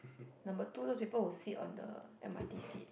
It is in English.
number two those people who sit on the M_R_T seat